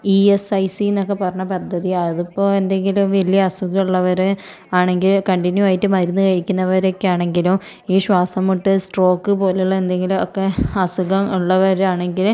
E S I C എന്നൊക്കെ പറഞ്ഞ പദ്ധതി അതിപ്പോൾ എന്തെങ്കിലും വലിയ അസുഖമുള്ളവർ ആണെങ്കിൽ കണ്ടിന്യൂ ആയിട്ട് മരുന്ന് കഴിക്കുന്നവരൊക്കെ ആണെങ്കിലോ ഈ ശ്വാസംമുട്ട് സ്ട്രോക്ക് പോലുള്ള എന്തെങ്കിലുമൊക്കെ അസുഖം ഉള്ളവരാണെങ്കിൽ